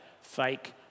fake